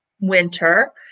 winter